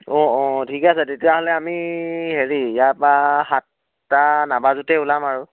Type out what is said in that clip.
অ' অ' ঠিকে আছে তেতিয়াহ'লে আমি হেৰি ইয়াৰ পৰা সাতটা নাবাজোতেই ওলাম আৰু